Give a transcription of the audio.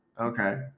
Okay